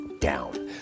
down